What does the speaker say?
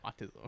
autism